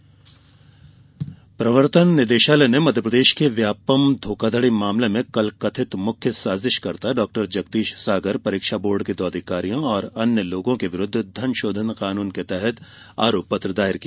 प्रवर्तन निदेशालय प्रवर्तन निदेशालय ने मध्य प्रदेश के व्यापम धोखाधड़ी मामले में कल कथित मुख्य साजिशकर्ता डॉ जगदीश सागर परीक्षा बोर्ड के दो अधिकारियों और अन्य लोगों के विरूद्व धन शोधन कानून के तहत आरोप पत्र दायर किया